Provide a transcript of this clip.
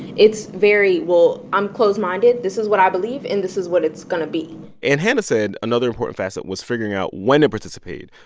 it's very, well, i'm close-minded. this is what i believe, and this is what it's going to be and hannah said another important facet was figuring out when to participate,